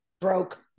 broke